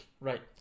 Right